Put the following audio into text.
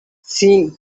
sean